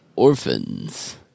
Orphans